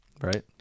Right